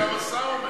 גם השר אומר.